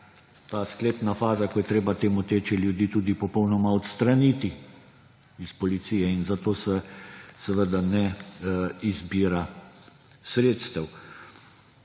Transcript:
ta sklepna faza, ko je treba te moteče ljudi tudi popolnoma odstraniti iz policije. In za to se seveda ne izbira sredstev.